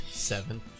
Seven